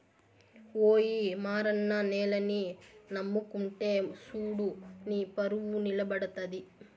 ఓయి మారన్న నేలని నమ్ముకుంటే సూడు నీపరువు నిలబడతది